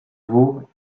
veau